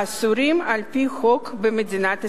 האסורים על-פי חוק במדינת ישראל.